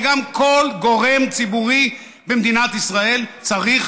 וגם כל גורם ציבורי במדינת ישראל צריך